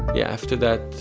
after that,